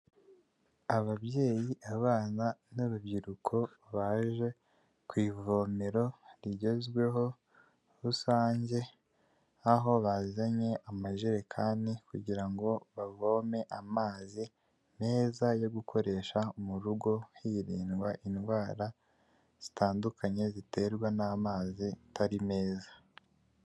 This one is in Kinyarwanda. Ababyeyi, abana n'urubyiruko baje ku ivomero rigezweho rusange, aho bazanye amajerekani kugira ngo bavome amazi meza yo gukoresha mu rugo hirindwa indwara zitandukanye ziterwa n'amazi atari meza.